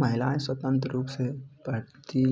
महिलाएँ स्वतंत्र रूप से बैठती